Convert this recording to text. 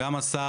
גם השר,